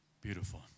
beautiful